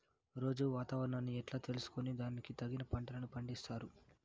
రోజూ వాతావరణాన్ని ఎట్లా తెలుసుకొని దానికి తగిన పంటలని పండిస్తారు?